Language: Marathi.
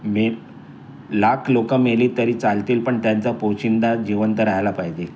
मे लाख लोकं मेली तरी चालतील पण त्यांचा पोशिंदा जिवंत रहायला पाहिजे